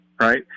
right